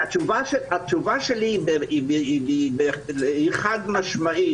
התשובה שלי היא חד-משמעית,